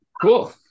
Cool